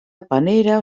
panera